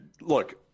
Look